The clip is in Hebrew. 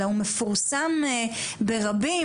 אלא הוא מפורסם ברבים,